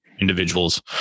individuals